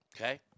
Okay